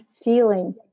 feeling